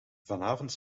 vanavond